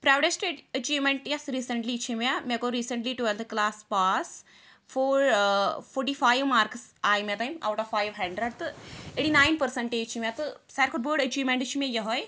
proudest achievement یۄس recently چھُ مےٚ مےٚ کوٚر recently twelfth class pass four ٲں فورٹی فایو مارکٕس آیہِ مےٚ اَوُٹ آف فایو ہنٛڈرَڈ تہٕ ایٹی نایِن پٔرسَنٹیج چھِ مےٚ تہٕ ساروٕے کھۄتہٕ بٔڑ اچیٖومیٚنٛٹ چھِ مےٚ یِہٲے